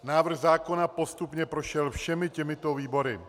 Návrh zákona postupně prošel všemi těmito výbory.